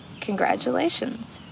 congratulations